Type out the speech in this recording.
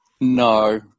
no